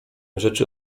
rzeczy